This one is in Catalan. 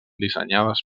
dissenyades